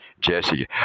Jesse